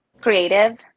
creative